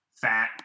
fat